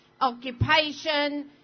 occupation